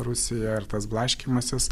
rusija ar tas blaškymasis